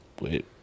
Wait